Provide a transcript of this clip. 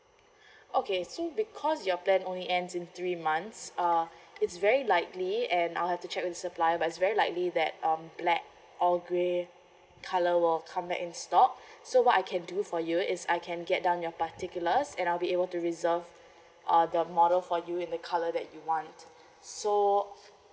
okay so because your plan only ends in three months uh it's very likely and I'll have to check with supply but it's very likely that um black or grey colour will come back in stock so what I can do for you is I can get down your particulars and I'll be able to reserve uh the model for you and the colour that you want so